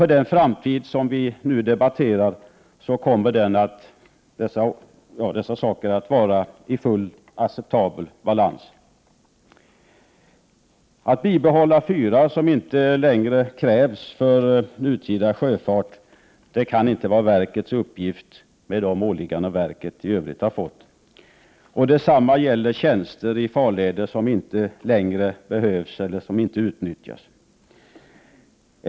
För den framtid som vi nu debatterar kommer dessa saker att vara i fullt acceptabel balans. Att bibehålla fyrar som inte längre krävs för nutida sjöfart kan inte vara verkets uppgift, med de ålägganden verket i övrigt har fått. Detsamma gäller tjänster i farleder som inte längre behövs eller som inte utnyttjas.